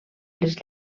les